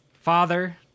father